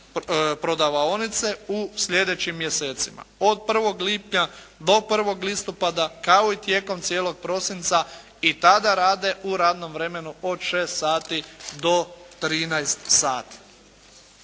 u slijedećim mjesecima: od 1. lipnja do 1. listopada kao i tijekom cijelog prosinca. I tada rade u radnom vremenu od 6 sati do 13 sati.